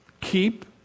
keep